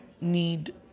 need